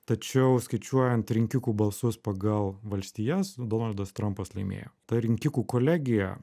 tačiau skaičiuojant rinkikų balsus pagal valstijas donaldas trampas laimėjo rinkikų kolegija